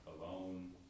alone